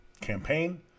campaign